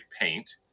paint